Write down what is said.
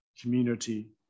community